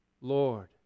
Lord